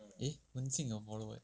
eh wenqing 有 follow eh